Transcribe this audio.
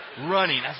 running